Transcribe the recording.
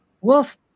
wolf